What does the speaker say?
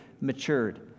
matured